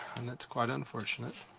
and that's quite unfortunate.